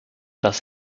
das